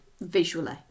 visually